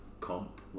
comp